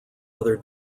other